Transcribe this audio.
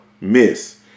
miss